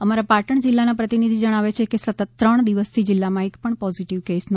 અમારા પાટણ જિલ્લાના પ્રતિનિધિ જણાવે છે કે સતત ત્રણ દિવસથી જીલ્લામાં એકપણ પોઝીટીવ કેસ નોંધાયો નથી